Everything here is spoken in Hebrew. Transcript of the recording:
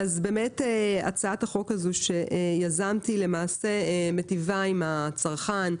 הצעת החוק שיזמתי מיטיבה עם הצרכן,